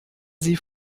sie